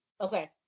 Okay